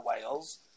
Wales